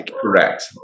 Correct